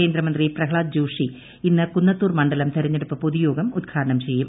കേന്ദ്രമന്ത്രി പ്രഹ്ളാദ് ജോഷി ഇന്ന് കുന്നത്തൂർ മണ്ഡലം തെരഞ്ഞെടുപ്പ് പൊതുയോഗം ഉദ്ഘാടനം ചെയ്യും